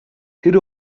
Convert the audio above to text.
тэр